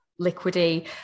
liquidy